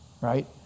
Right